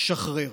שחרר.